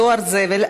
דואר זבל),